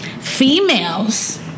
females